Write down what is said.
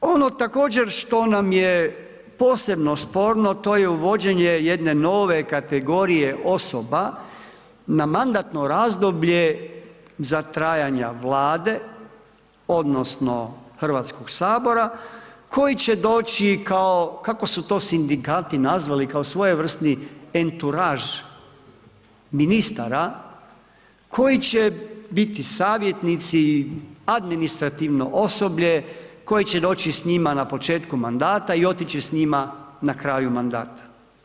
Ono također što nam je posebno sporno to je uvođenje jedne nove kategorije osoba, na mandatno razdoblje za trajanje vlade, odnosno, Hrvatskog sabora, koji će doći kao kako su to sindikati nazvali, kao svojevrsni enturaž ministara koji će biti savjetnici, administrativno osoblje, koji će doći s njima na početku mandata i otići s njima na kraju mandata.